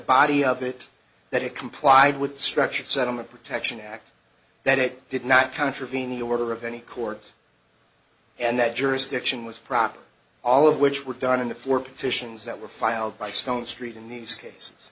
body of it that it complied with structured settlement protection act that it did not contravene the order of any court and that jurisdiction was proper all of which were done in the four petitions that were filed by stonestreet in these case